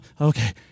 Okay